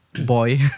boy